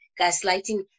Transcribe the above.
gaslighting